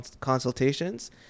consultations